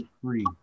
three